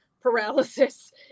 paralysis